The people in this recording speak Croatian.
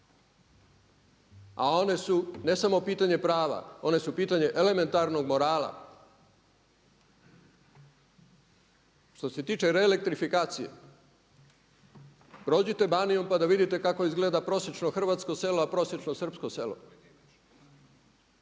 a one su ne samo pitanje prava, one su pitanje elementarnog morala. Što se tiče reelektrifikacije, prođite Banijom pa da vidite kako izgleda prosječno hrvatsko selo a prosječno srpsko selo.